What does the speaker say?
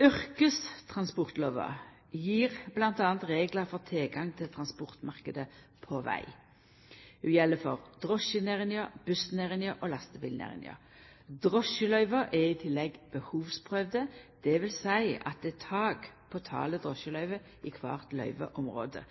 Yrkestransportlova gjev m.a. reglar for tilgang til transportmarknaden på veg. Ho gjeld for drosjenæringa, bussnæringa og lastebilnæringa. Drosjeløyva er i tillegg behovsprøvde, det vil seia at det er tak på talet drosjeløyve i kvart løyveområde.